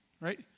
right